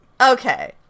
Okay